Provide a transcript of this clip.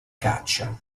caccia